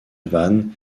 van